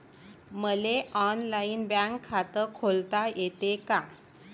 मले online bank खात खोलता येते का?